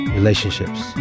relationships